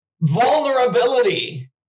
vulnerability